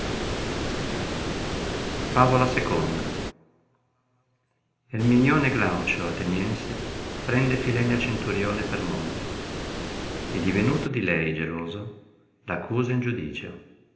favola i erminione glaucio ateniensb prende filenia centurione per moglie e divenuto di lei geloso l accusa in giudicio